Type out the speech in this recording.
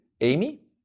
Amy